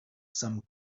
some